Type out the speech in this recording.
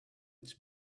its